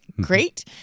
great